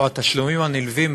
או התשלומים הנלווים,